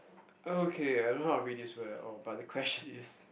okay I don't know how to read this word at all but the question is